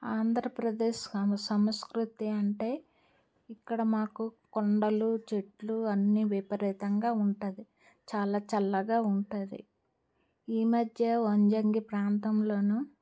ఆంధ్రప్రదేశ్ అను సంస్కృతి అంటే ఇక్కడ మాకు కొండలు చెట్లు అన్ని విపరీతంగా ఉంటుంది చాలా చల్లగా ఉంటుంది ఈమధ్య వంజంగి ప్రాంతంలోను